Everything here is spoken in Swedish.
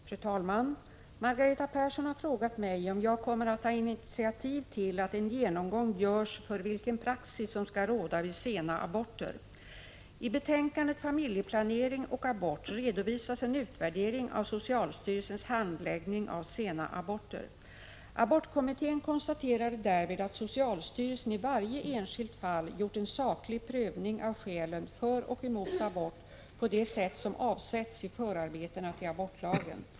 Fru talman! Margareta Persson har frågat mig om jag kommer att ta initiativ till att en genomgång görs för vilken praxis som skall råda vid sena aborter. I betänkandet Familjeplanering och abort redovisas en utvärdering av socialstyrelsens handläggning av sena aborter. Abortkommittén konstaterade därvid att socialstyrelsen i varje enskilt fall gjort en saklig prövning av skälen för och emot abort på det sätt som avsetts i förarbetena till abortlagen.